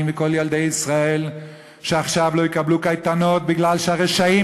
וכל ילדי ישראל שעכשיו לא יקבלו קייטנות מפני שהרשעים